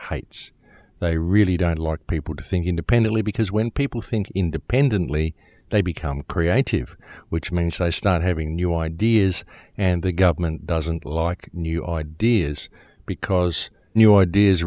heights they really don't like people to think independently because when people think independently they become creative which means i start having new ideas and the government doesn't like new ideas because new ideas